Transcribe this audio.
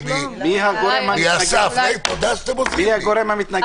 היה אפשר להציל את העסקים הקטנים והבינוניים.